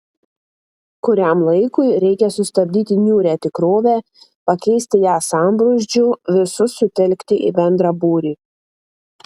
kuriam laikui reikia sustabdyti niūrią tikrovę pakeisti ją sambrūzdžiu visus sutelkti į bendrą būrį